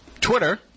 Twitter